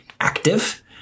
active